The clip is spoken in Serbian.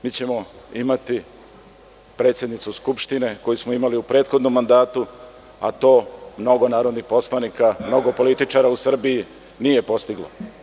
Mi ćemo imati predsednicu Skupštine koju smo imali u prethodnom mandatu, a to mnogo narodnih poslanika, mnogo političara u Srbiji nije postiglo.